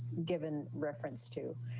given reference to.